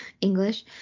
English